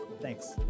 Thanks